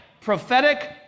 prophetic